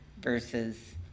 versus